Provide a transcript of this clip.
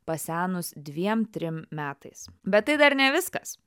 pasenus dviem trim metais bet tai dar ne viskas